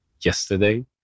yesterday